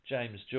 James